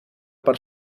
per